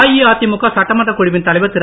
அஇஅதிமுக சட்டமன்றக் குழுவின் தலைவர் திரு